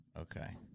Okay